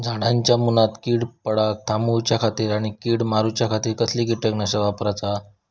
झाडांच्या मूनात कीड पडाप थामाउच्या खाती आणि किडीक मारूच्याखाती कसला किटकनाशक वापराचा?